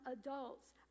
adults